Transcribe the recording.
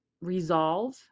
resolve